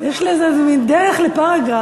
יש לזה איזה מין דרך ל-paragraph.